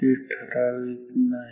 ते ठराविक नाही